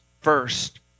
first